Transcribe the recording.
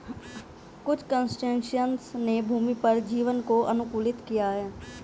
कुछ क्रस्टेशियंस ने भूमि पर जीवन को अनुकूलित किया है